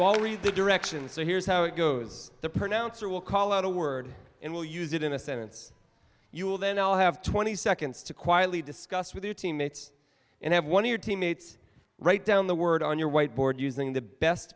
well read the directions so here's how it goes the pronouncer will call out a word and we'll use it in a sentence you will then i'll have twenty seconds to quietly discuss with your team mates and have one of your teammates write down the word on your whiteboard using the best